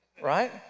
Right